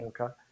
Okay